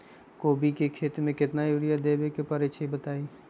कोबी के खेती मे केतना यूरिया देबे परईछी बताई?